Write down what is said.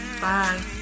Bye